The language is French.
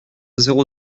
zéro